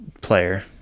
player